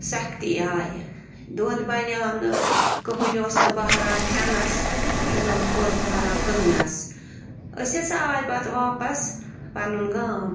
سختی آیہِ دۄد بنیو نہٕ کٕہٕنۍ اوس نہٕ بہران ہٮ۪نَس تہٕ نَہ اوس بہران کٕنٛنَس أسۍ ہسا آے پَتہٕ واپَس پَنُن گام